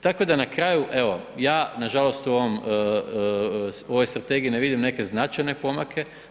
Tako da na kraju, evo, ja nažalost u ovom, u ovoj strategiji ne vidim neke značajne pomake.